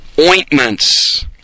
ointments